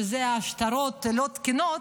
שזה שטרות לא תקינים,